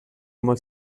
molt